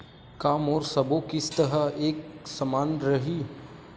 का मोर सबो किस्त ह एक समान रहि?